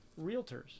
realtors